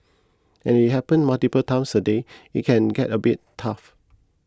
and it happens multiple times a day it can get a bit tough